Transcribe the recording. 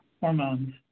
hormones